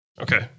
Okay